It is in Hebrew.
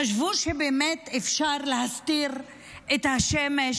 חשבו שבאמת אפשר להסתיר את השמש